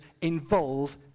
involve